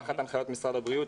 תחת הנחיות משרד הבריאות,